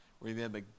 remember